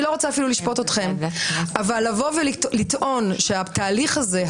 אני לא רוצה אפילו לשפוט אתכם אבל לטעון שהתהליך הזה,